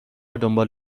دنبال